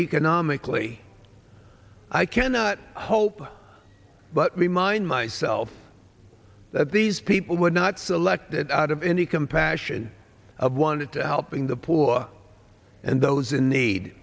economically i cannot hope but remind myself that these people were not selected out of any compassion of wanted to helping the poor and those in need